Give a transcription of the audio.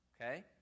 Okay